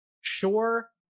Sure